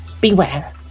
Beware